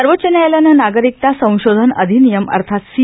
सर्वोच्च न्यायालयानं नागरिकता संश्रोधन अधिनियम अर्थात सी